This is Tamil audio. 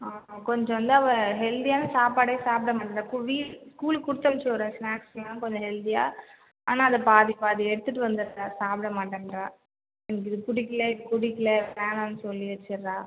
ஆ கொஞ்சம் வந்து அவ ஹெல்தியான சாப்பாடே சாப்பிட மாட்டேன்றா கூ வீ ஸ்கூலுக்கு கொடுத்து அனுப்ச்சிவிட்றேன் ஸ்நாக்ஸ்லாம் கொஞ்சம் ஹெல்தியாக ஆனால் அதை பாதி பாதி எடுத்துகிட்டு வந்துடுறா சாப்பிட மாட்டேன்றா எனக்கு இது பிடிக்கல இது பிடிக்கல வேணான்னு சொல்லி வச்சிடுறா